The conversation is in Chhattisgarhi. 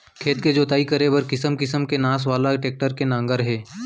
खेत के जोतई करे बर किसम किसम के नास वाला टेक्टर के नांगर हे